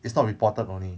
it's not reported only